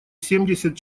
семьдесят